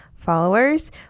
followers